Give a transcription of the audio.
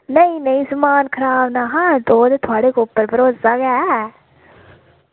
नेईं नेईं समान खराब निहा ते ओह् थआढ़े उप्पर भरोसा गै